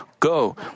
Go